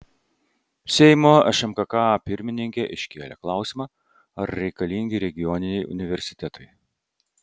seimo šmkk pirmininkė iškėlė klausimą ar reikalingi regioniniai universitetai